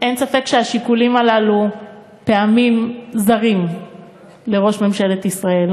אין ספק שהשיקולים הללו פעמים זרים לראש ממשלת ישראל,